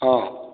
ହଁ